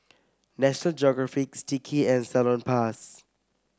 National Geographices Sticky and Salonpas